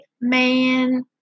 man